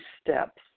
steps